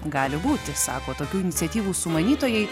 gali būti sako tokių iniciatyvų sumanytojai